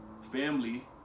family